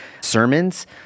sermons